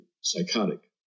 psychotic